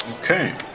Okay